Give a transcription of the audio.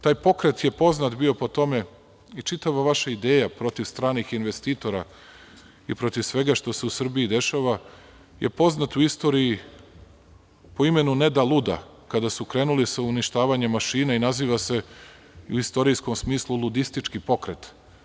Taj pokret je poznat bio po tome i čitava vaša ideja protiv stranih investitora i protiv svega što se u Srbiji dešava je poznat u istoriji po imenu „ne da luda“, kada su krenuli sa uništavanjem mašina i naziva se u istorijskom smislu ludistički pokret.